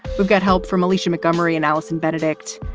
we'll got help from alicia mcmurry and alison benedict.